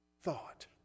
thought